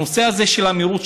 הנושא הזה של המהירות,